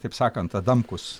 taip sakant adamkus